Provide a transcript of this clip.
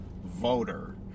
voter